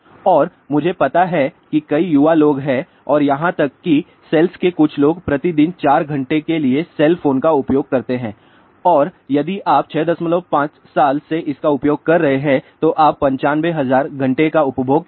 और मुझे पता है कि कई युवा लोग हैं और यहां तक कि सेल्स के कुछ लोग प्रति दिन 4 घंटे के लिए सेल फोन का उपयोग करते हैं और यदि आप 65 साल से इसका उपयोग कर रहे हैं तो आप 95000 घंटे का उपभोग करेंगे